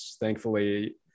thankfully